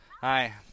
hi